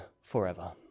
forever